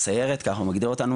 הסיירת, ככה הוא מגדיר אותנו.